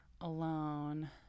alone